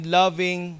loving